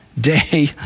day